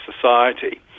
society